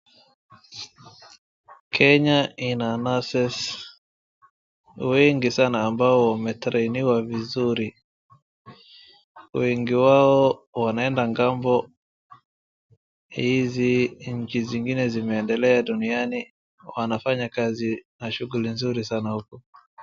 Kenya ina nurses wengi sana ambao wame trainiwa vizuri. Wengi wao wanaenda ng'ambo, hizi nchi zingine zimeendelea duniana, wanafanya kazi na shughuli nzuri sana huko.